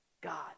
God